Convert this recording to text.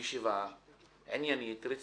ישיבה עניינית, רצינית,